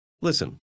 Listen